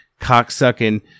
cocksucking